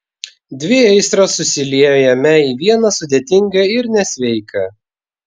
dvi aistros susiliejo jame į vieną sudėtingą ir nesveiką